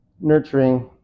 nurturing